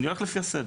אני הולך לפי הסדר.